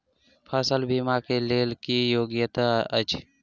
फसल बीमा केँ लेल की योग्यता अछि?